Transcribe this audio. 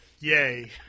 yay